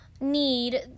need